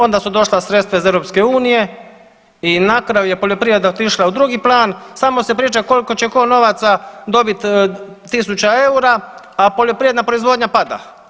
Onda su došla sredstva iz EU i na kraju je poljoprivreda otišla u drugi plan, samo se priča koliko će ko novaca dobit tisuća eura, a poljoprivredna proizvodnja pada.